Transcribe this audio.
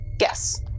yes